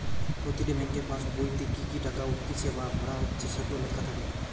প্রতিটি বেংকের পাসবোইতে কি কি টাকা উঠতিছে বা ভরা হচ্ছে সেটো লেখা থাকে